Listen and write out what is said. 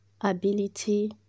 ability